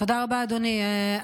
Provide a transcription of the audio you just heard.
תודה רבה, אדוני.